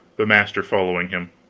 the master following him.